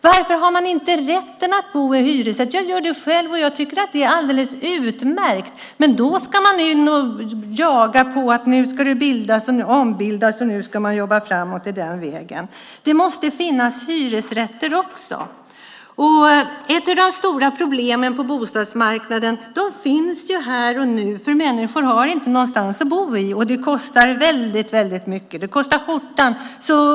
Varför har man inte rätten att bo i hyresrätt? Jag gör det själv och tycker att det är alldeles utmärkt. Men då ska man jaga på att det ska ombildas, och nu ska man jobba framåt på den vägen. Det måste finnas hyresrätter också! Ett av de stora problemen på bostadsmarknaden finns här och nu: Människor har ingenstans att bo. Det kostar för mycket. Det kostar skjortan.